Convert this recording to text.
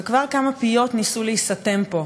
וכבר כמה פיות ניסו להיסתם פה.